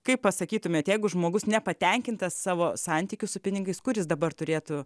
kaip pasakytumėt jeigu žmogus nepatenkintas savo santykiu su pinigais kur jis dabar turėtų